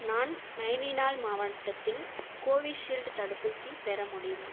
நான் நைனிடால் மாவட்டத்தில் கோவிஷீல்டு தடுப்பூசி பெற முடியுமா